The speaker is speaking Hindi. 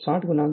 तो A P